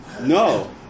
No